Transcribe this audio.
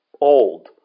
old